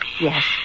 Yes